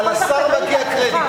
אבל לשר מגיע קרדיט.